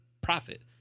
profit